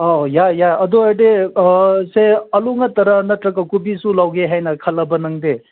ꯑꯣ ꯌꯥꯏ ꯌꯥꯏ ꯑꯗꯨ ꯑꯣꯏꯔꯗꯤ ꯁꯦ ꯑꯥꯜꯂꯨ ꯉꯥꯛꯇꯔ ꯅꯠꯇ꯭ꯔꯒ ꯀꯣꯕꯤꯁꯨ ꯂꯧꯒꯦ ꯍꯥꯏꯅ ꯈꯜꯂꯕ ꯅꯪꯗꯤ